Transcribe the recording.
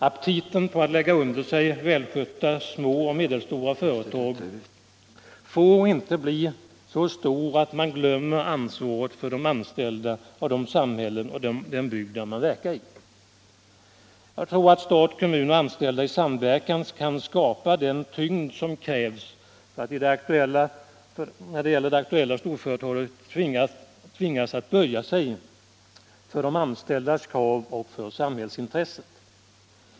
Aptiten på att lägga under sig välskötta små och medelstora företag får inte bli så stor att man glömmer ansvaret för de anställda och de samhällen och den bygd där man verkar. Jag tror att stat, kommun och anställda i samverkan kan skapa den tyngd som krävs för att det aktuella storföretaget tvingas böja sig för de anställdas krav och för samhällsintresset.